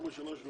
בכל זה נדון.